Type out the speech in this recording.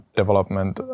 development